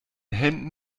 händen